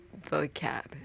vocab